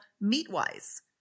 meat-wise